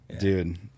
dude